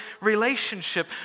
relationship